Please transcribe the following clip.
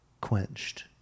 quenched